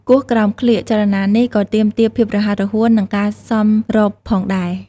គោះក្រោមក្លៀក ចលនានេះក៏ទាមទារភាពរហ័សរហួន និងការសម្របផងដែរ។